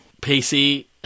Pacey